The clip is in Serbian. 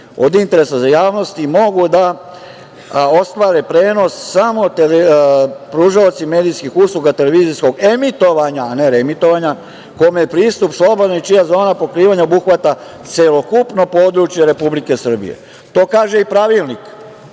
od interesa za javnost mogu da ostvare prenos samo pružaoci medijskih usluga televizijskog emitovanja, a ne reemitovanja, kome je pristup slobodan i čija zona pokrivanja obuhvata celokupno područje Republike Srbije. To kaže i Pravilnik